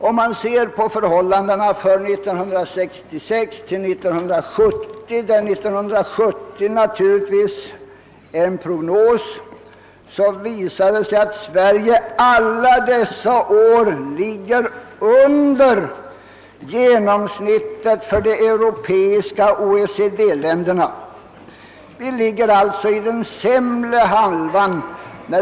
Om man ser på förhållandena för perioden 1966—1970 — för 1970 blir det naturligtvis fråga om en prognos — visar det sig att Sverige alla dessa år ligger under genomsnittet för de europeiska OECD-länderna i fråga om brut tonationalproduktens utveckling.